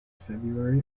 february